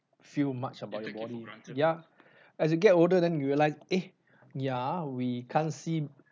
feel much about the volume yup as you get older then you will like eh ya we can't see